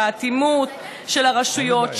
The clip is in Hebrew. האטימות של הרשויות,